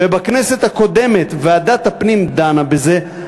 ובכנסת הקודמת ועדת הפנים דנה בזה,